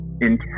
intense